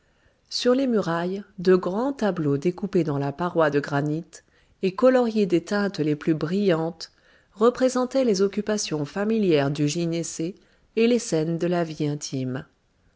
sur les murailles de grands tableaux découpés en bas-reliefs méplats et coloriés des teintes les plus brillantes représentaient les occupations familières du gynécée et les scènes de la vie intime